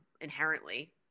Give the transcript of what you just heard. inherently